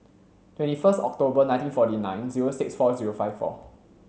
twenty first October nineteen forty nine zero six four zero five four